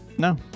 No